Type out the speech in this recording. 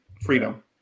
Freedom